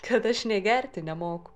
kad aš nei gerti nemoku